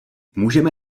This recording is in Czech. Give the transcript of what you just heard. můžeme